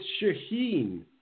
Shaheen